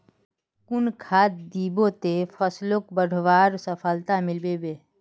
कुन खाद दिबो ते फसलोक बढ़वार सफलता मिलबे बे?